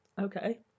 Okay